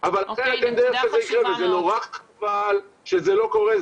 זה חבל שזה לא קורה.